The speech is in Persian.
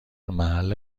محل